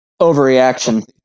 Overreaction